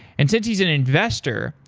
and since he's an investor,